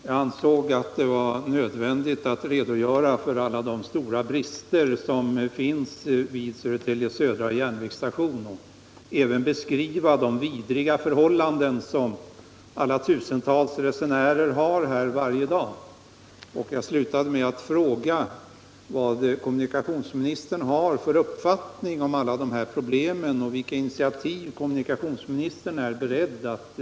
Herr talman! Jag ansåg att det var nödvändigt att jag i mitt anförande redogjorde för alla de stora bristerna vid Södertälje Södra järnvägsstation och att jag även beskrev de vidriga förhållandena för de tusentals resenärerna varje dag. Jag slutade med att fråga vad kommunikationsministern har för uppfattning om alla dessa problem och vilka initiativ kommunikationsministern är beredd att ta.